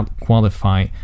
qualify